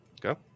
Go